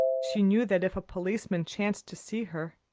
she knew that if a policeman chanced to see her,